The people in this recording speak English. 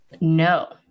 No